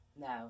No